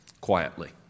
quietly